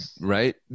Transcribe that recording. right